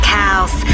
house